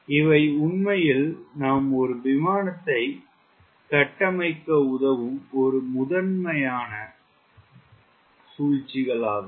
இவை உண்மையில் நாம் ஒரு விமானத்தை கட்டமைக்க உதவும் ஒரு முத்தம்மையான சூழ்ச்சிகள் ஆகும்